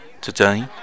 Today